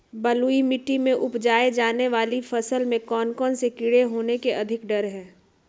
बलुई मिट्टी में उपजाय जाने वाली फसल में कौन कौन से कीड़े होने के अधिक डर हैं?